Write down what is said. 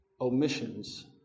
omissions